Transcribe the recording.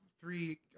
three